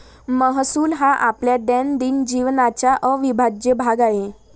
महसूल हा आपल्या दैनंदिन जीवनाचा अविभाज्य भाग आहे